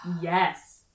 Yes